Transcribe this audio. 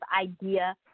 idea